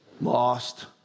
lost